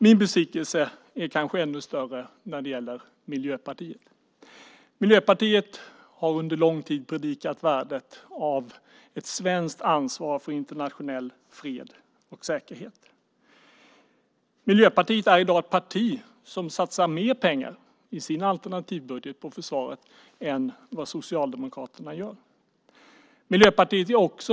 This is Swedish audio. Min besvikelse är kanske ännu större när det gäller Miljöpartiet. Miljöpartiet har under lång tid predikat värdet av ett svenskt ansvar för internationell fred och säkerhet. Miljöpartiet satsar i dag mer pengar i sin alternativbudget på försvaret än vad Socialdemokraterna gör.